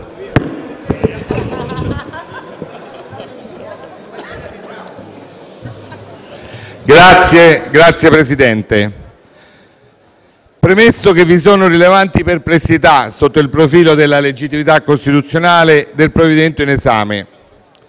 Signor Presidente, premesso che vi sono rilevanti perplessità sotto il profilo della legittimità costituzionale del provvedimento in esame,